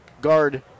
Guard